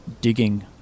digging